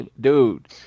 Dude